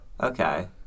Okay